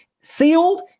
sealed